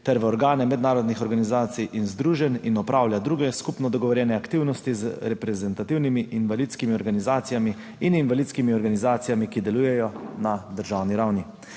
ter v organe mednarodnih organizacij in združenj in opravlja druge skupno dogovorjene aktivnosti z reprezentativnimi invalidskimi organizacijami in invalidskimi organizacijami, ki delujejo na državni ravni.